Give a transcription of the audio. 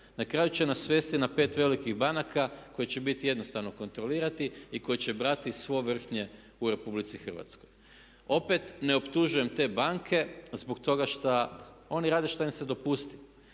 Na kraju će nas svesti na 5 velikih banaka koje će biti jednostavno kontrolirati i koje će brati svo vrhnje u Republici Hrvatskoj. Opet, ne optužujem te banke zbog toga što oni rade što im se dopusti.